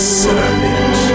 servant